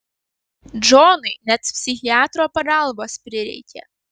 džonui net psichiatro pagalbos prireikė